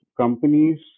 companies